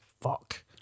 fuck